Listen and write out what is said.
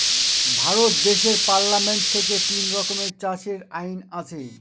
ভারত দেশের পার্লামেন্ট থেকে তিন রকমের চাষের আইন আছে